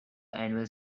annual